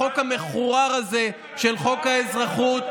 החוק המחורר הזה, חוק האזרחות,